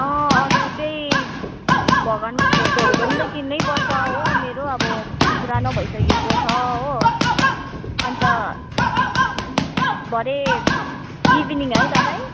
अँ अरू त्यही भगवान्को फोटोहरू पनि त किन्नैपर्छ हो मेरो अब पुरानो भइसकेको छ हो अन्त भरे इभिनिङ है तपाईँ